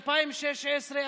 2016,